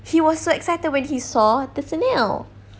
he was so excited when he saw the snail